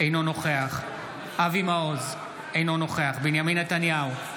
נוכח אבי מעוז, אינו נוכח בנימין נתניהו,